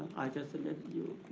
i just submit you.